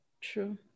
True